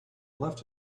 left